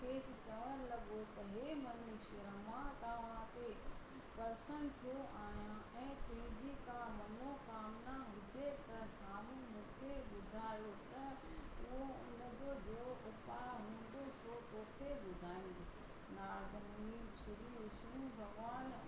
खेस चवणु लॻो त हे मनुष्य मां तव्हां ते प्रसन्न थियो आहियां ऐं तुंहिंजी का मनोकामना हुजे त साम्हूं मूंखे ॿुधायो त उहो उन जो जहिड़ो उपा हुंदो सो तोखे ॿुधाईंदुसि नारद मुनी श्री विष्नु भॻिवानु